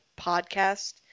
podcast